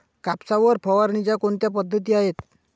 कापसावर फवारणीच्या कोणत्या पद्धती आहेत?